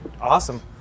Awesome